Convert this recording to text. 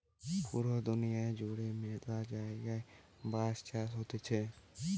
পুরা দুনিয়া জুড়ে ম্যালা জায়গায় বাঁশ চাষ হতিছে